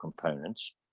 components